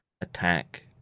attack